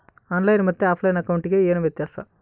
On line ಮತ್ತೆ offline ಅಕೌಂಟಿಗೆ ಏನು ವ್ಯತ್ಯಾಸ?